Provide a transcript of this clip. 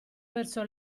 verso